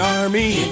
army